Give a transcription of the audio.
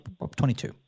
22